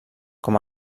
com